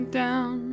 down